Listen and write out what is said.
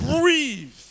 breathe